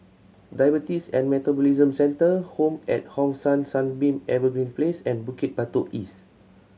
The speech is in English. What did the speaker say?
Diabetes and Metabolism Centre Home at Hong San Sunbeam Evergreen Place and Bukit Batok East